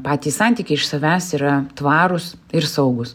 patys santykiai iš savęs yra tvarūs ir saugūs